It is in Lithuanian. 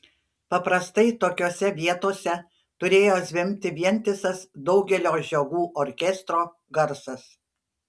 paprastai tokiose vietose turėjo zvimbti vientisas daugelio žiogų orkestro garsas